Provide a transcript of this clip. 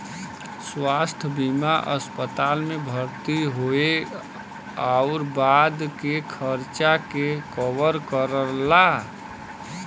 स्वास्थ्य बीमा अस्पताल में भर्ती होये आउर बाद के खर्चा के कवर करला